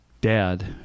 dad